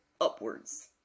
upwards